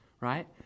right